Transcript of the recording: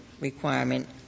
requirement